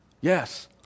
Yes